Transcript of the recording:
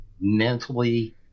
mentally